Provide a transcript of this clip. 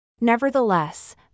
Nevertheless